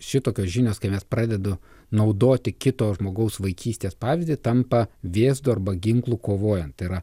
šitolkios žinios kai mes pradedu naudoti kito žmogaus vaikystės pavyzdį tampa vėzdu arba ginklu kovojant yra